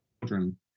children